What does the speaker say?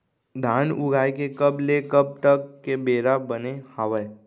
धान उगाए के कब ले कब तक के बेरा बने हावय?